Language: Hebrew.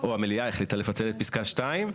או המליאה החליטה לפצל את פסקה (2),